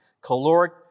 caloric